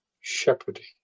shepherding